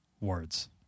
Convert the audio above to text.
words